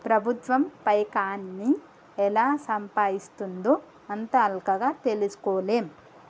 ప్రభుత్వం పైకాన్ని ఎలా సంపాయిస్తుందో అంత అల్కగ తెల్సుకోలేం